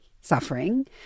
suffering